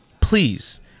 please